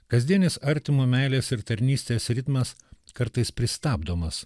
kasdienis artimo meilės ir tarnystės ritmas kartais pristabdomas